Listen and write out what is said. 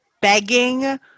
begging